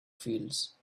fields